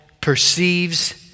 perceives